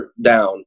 down